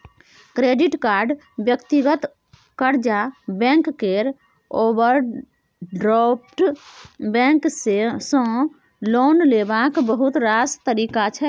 credit card, व्यक्तिगत कर्जा, bank केर ओवरड्राफ्ट बैंक सँ लोन लेबाक बहुत रास तरीका छै